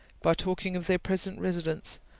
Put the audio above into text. by talking of their present residence,